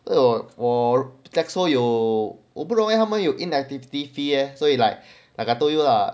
or 我 teso 有我不懂 leh 他们有 inactivity fee 所以 like like I told you lah